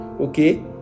Okay